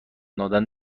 دادن